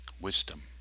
Wisdom